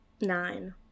nine